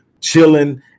chilling